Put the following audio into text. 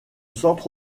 centre